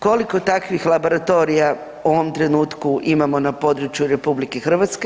Koliko takvih laboratorija u ovom trenutku imamo na području RH?